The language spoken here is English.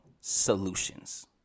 solutions